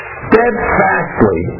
steadfastly